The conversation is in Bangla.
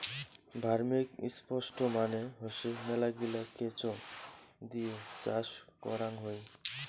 ভার্মিকম্পোস্ট মানে হসে মেলাগিলা কেঁচো দিয়ে চাষ করাং হই